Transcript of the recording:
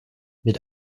mit